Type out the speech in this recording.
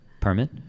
permit